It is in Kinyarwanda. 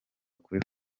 kuri